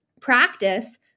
practice